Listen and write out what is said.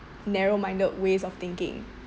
narrow minded ways of thinking